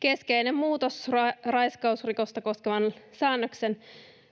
Keskeinen muutos on raiskausrikosta koskevan säännöksen